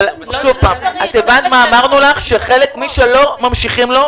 אבל אמרנו לך שמי שלא ממשיכים לו,